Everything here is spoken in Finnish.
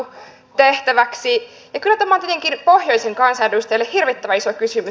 kyllä tämä on tietenkin pohjoisen kansanedustajalle hirvittävän iso kysymys